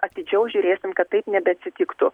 atidžiau žiūrėsim kad taip nebeatsitiktų